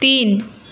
تین